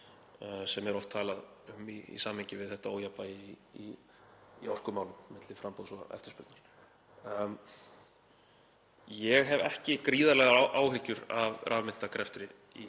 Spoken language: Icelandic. sem er oft talað um í samhengi við þetta ójafnvægi í orkumálum milli framboðs og eftirspurnar. Ég hef ekki gríðarlegar áhyggjur af rafmyntagreftinum